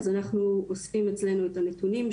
אז אנחנו אוספים אצלינו את הנתונים.